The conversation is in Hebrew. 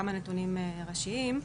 כמה נתונים ראשיים.